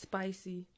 spicy